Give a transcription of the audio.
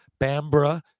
Bambra